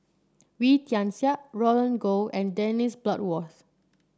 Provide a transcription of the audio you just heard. Wee Tian Siak Roland Goh and Dennis Bloodworth